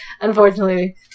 Unfortunately